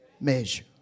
measure